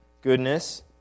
goodness